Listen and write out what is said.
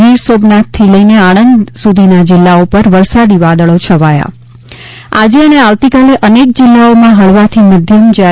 ગીરસોમનાથથી લઈ આણંદ સુધીના જિલ્લાઓ પર વરસાદી વાદળો છવાયા આજે અને આવતીકાલે અનેક જિલ્લાઓમાં હળવાથી મધ્યમ જ્યારે